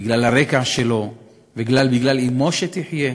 בגלל הרקע שלו וגם בגלל אמו שתחיה,